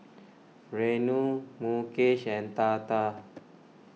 Renu Mukesh and Tata